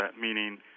meaning